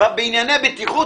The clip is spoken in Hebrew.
בענייני בטיחות.